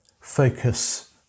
focus